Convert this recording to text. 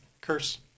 curse